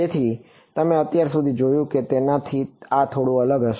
તેથી તમે અત્યાર સુધી જે જોયું છે તેનાથી આ થોડું અલગ હશે